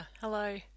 hello